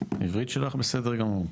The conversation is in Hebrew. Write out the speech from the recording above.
העברית שלך בסדר גמור.